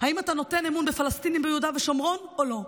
אם אתה נותן אמון בפלסטינים ביהודה ושומרון או לא,